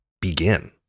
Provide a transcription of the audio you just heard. begin